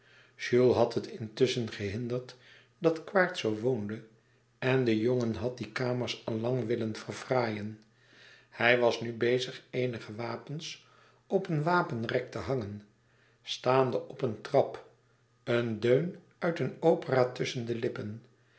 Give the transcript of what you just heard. jules had het intusschen gehinderd dat quaerts zoo woonde en de jongen had die kamers al lang willen verfraaien hij was nu bezig eenige wapens op een wapenrek te hangen staande op een trap een deun uit een opera tusschen de lippen